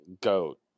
GOAT